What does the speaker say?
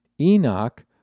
Enoch